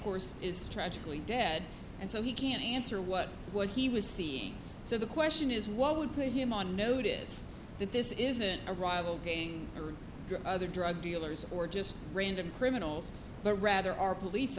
course is tragically dead and so he can't answer what what he was seeing so the question is what would put him on notice that this isn't a rival gang or other drug dealers or just random criminals or rather our police